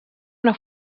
una